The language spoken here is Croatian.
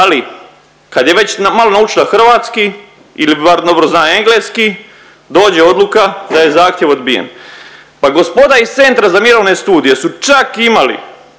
ali kad je već malo naučila hrvatski ili bar dobro zna engleski dođe odluka da je zahtjev odbijen. Pa gospoda iz Centra za mirovne studije su čak imali